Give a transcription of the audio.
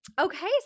Okay